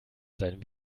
sein